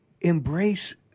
embrace